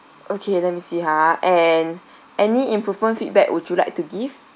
okay let me see ha and any improvement feedback would you like to give